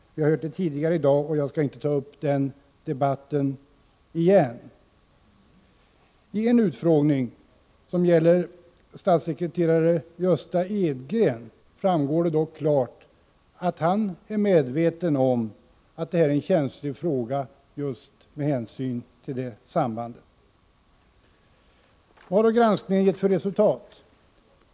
Vi har hört det tidigare i dag, varför jag inte skall ta upp den debatten igen. I utfrågningen av statssekreterare Gösta Edgren framgår mycket klart att han är medveten om att detta är en känslig fråga, just med hänsyn till det sambandet. Vad har då granskningen gett för resultat?